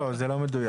לא, זה לא מדויק.